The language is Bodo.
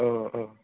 औ औ